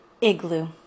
Igloo